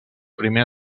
primer